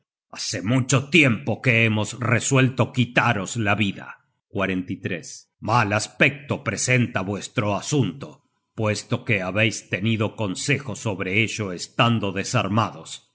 hace mucho tiempo que hemos resuelto quitaros la vida mal aspecto presenta vuestro asunto puesto que habeis tenido consejo sobre ello estando desarmados